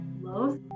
love